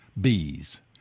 bees